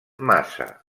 massa